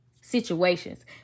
situations